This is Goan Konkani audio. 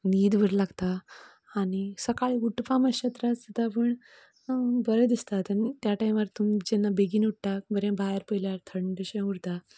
न्हीद बरी लागता आनी सकाळी उटपा मातशें त्रास जाता पूण बरें दिसता त्या टायमार तुमी जेन्ना बेगीन उडटा बरे भायर पयल्यार थंडशें उरता